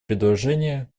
предложения